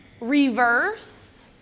reverse